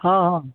ହଁ ହଁ